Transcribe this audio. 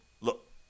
look